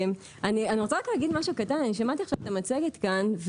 אני רוצה רק להגיד משהו קטן: אני שמעתי את המצגת כאן,